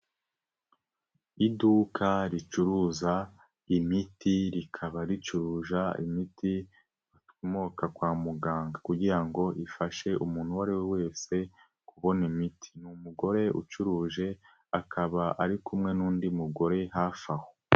Iduka ricuruza imiti, rikaba ricuruza imiti ikomoka kwa muganga kugira ngo ifashe umuntu uwo ari we wese, kubona imiti. Ni umugore ucuruje, akaba ari kumwe n'undi mugore hafi aho.